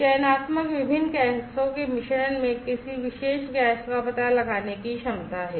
चयनात्मकता विभिन्न गैसों के मिश्रण में किसी विशेष गैस का पता लगाने की क्षमता है